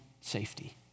safety